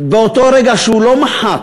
באותו רגע שהוא לא דחה